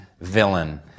villain